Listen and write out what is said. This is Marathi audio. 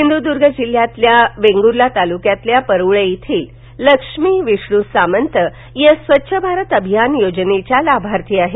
सिंधुदुर्ग जिल्ह्यातील वेंगुर्ला तालुक्यातील परूळे येथील लक्ष्मी विष्णू सामंत या स्वच्छ भारत अभियान योजनेच्या लाभार्थी आहेत